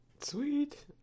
sweet